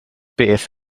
beth